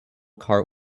cart